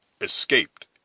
escaped